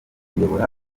kuyobora